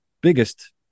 biggest